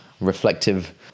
reflective